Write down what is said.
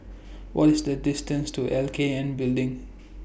What IS The distance to L K N Building